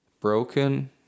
broken